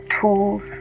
tools